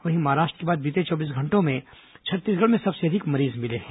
वहीं महाराष्ट्र के बाद बीते चौबीस घंटों में छत्तीसगढ़ में सबसे अधिक मरीज मिले हैं